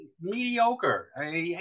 mediocre